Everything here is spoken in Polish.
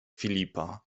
filipa